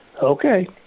Okay